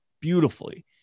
beautifully